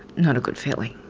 not a good feeling.